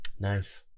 Nice